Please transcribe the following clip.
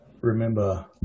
remember